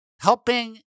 helping